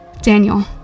Daniel